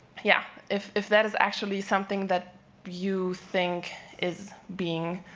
yeah, if if that is actually something that you think is being,